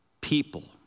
people